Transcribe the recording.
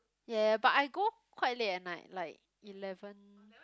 ya ya ya but I go quite late at night like eleven